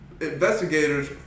investigators